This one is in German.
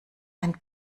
ein